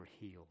healed